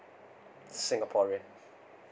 singaporean